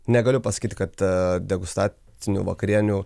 negaliu pasakyti kad degustacinių vakarienių